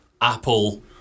Apple